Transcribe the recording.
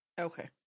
Okay